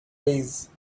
ways